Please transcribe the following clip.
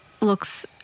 looks